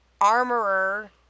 armorer